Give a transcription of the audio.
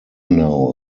now